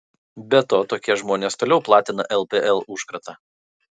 be to tokie žmonės toliau platina lpl užkratą